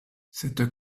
cette